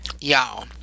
Y'all